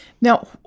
Now